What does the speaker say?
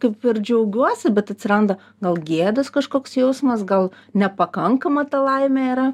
kaip ir džiaugiuosi bet atsiranda gal gėdos kažkoks jausmas gal nepakankama ta laimė yra